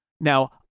now